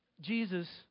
Jesus